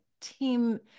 team